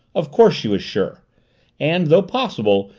of course she was sure and, though possible,